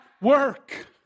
work